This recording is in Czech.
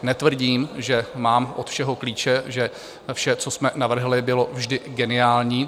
Netvrdím, že mám od všeho klíče, že vše, co jsme navrhli, bylo vždy geniální.